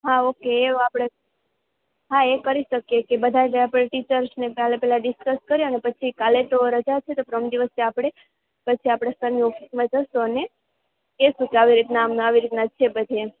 હા ઓકે એવું આપણે હા એ કરી શકીએ કે બધા જ આપણે ટીચર્સ ને કાલે પહેલાં ડિસ્કસ કરી અને પછી કાલે તો રજા છે તો પરમ દિવસે આપણે પછી આપણે સરની ઓફિસમાં જઈશું અને કહીશું કે આવી રીતના અમને આવી રીતના છે પછી એમ